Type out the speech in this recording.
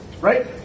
Right